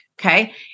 Okay